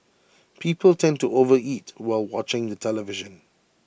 people tend to overeat while watching the television